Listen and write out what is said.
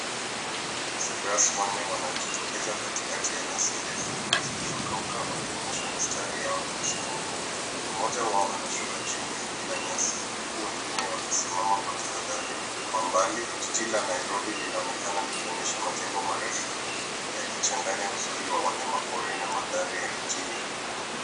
Zebras wanne wanajitokeza katika nyasi ndefu zilizokauka wakionyesha mistari yao nyeusi na nyeupe. Mmoja wao anashuka chini akila nyasi huku wengine kwa tahadhari. Kwa mbali jiji la Nairobi linaonekana likionyesha majengo marefu yakichanganya uzuri wa wanyamapori na mijini.